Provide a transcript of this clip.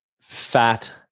fat